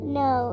no